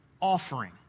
offering